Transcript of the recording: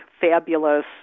fabulous